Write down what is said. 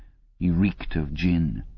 he reeked of gin.